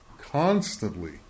constantly